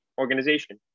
organization